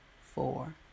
four